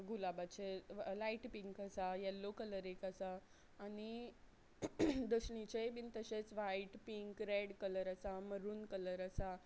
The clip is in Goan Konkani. गुलाबाचे लायट पींक आसा येल्लो कलर एक आसा आनी दशणीचेय बीन तशेच वायट पींक रेड कलर आसा मरून कलर आसा